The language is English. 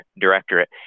directorate